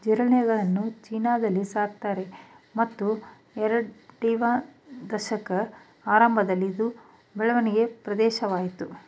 ಜಿರಳೆಗಳನ್ನು ಚೀನಾದಲ್ಲಿ ಸಾಕ್ತಾರೆ ಮತ್ತು ಎರಡ್ಸಾವಿರದ ದಶಕದ ಆರಂಭದಲ್ಲಿ ಇದು ಬೆಳವಣಿಗೆ ಪ್ರದೇಶವಾಯ್ತು